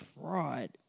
fraud